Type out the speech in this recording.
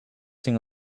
sing